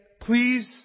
Please